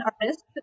artist